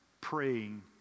praying